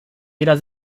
jeder